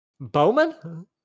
Bowman